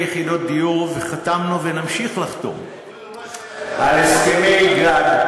יחידות דיור וחתמנו ונמשיך לחתום על הסכמי-גג.